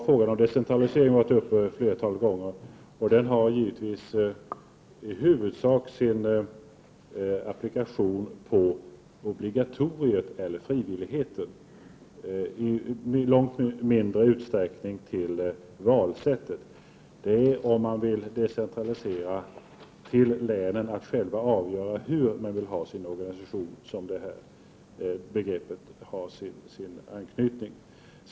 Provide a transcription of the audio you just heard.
Frågan om decentralisering har varit uppe ett flertal gånger. Den har givetvis i huvudsak sin applikation på obligatoriet eller frivilligheten och i långt mindre utsträckning på valsättet. Det här begreppet har anknytning till om man vill decentralisera till länen att själva avgöra hur de vill ha sin organisation. Herr talman!